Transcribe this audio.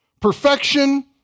perfection